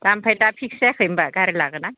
दा ओमफ्राय दा फिक्स जायाखै होनबा गारि लागोन ना